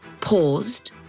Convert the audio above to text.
paused